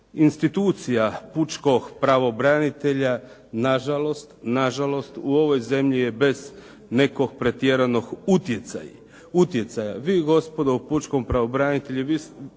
institucija pučkog pravobranitelja nažalost, nažalost u ovoj zemlji je bez nekog pretjeranog utjecaja. Vi gospodo u pučkom pravobraniteljstvu, vi ste